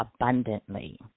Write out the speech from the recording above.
abundantly